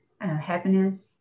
happiness